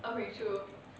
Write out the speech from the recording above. okay true